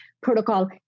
protocol